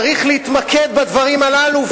צריך להתמקד בדברים הללו,